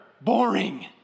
boring